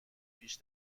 پیش